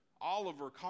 Oliver